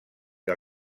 que